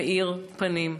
מאיר פנים.